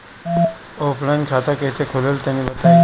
Offline खाता कइसे खुलेला तनि बताईं?